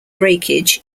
breakage